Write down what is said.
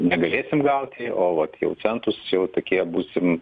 negalėsim gauti o vat jau centus jau tokie būsim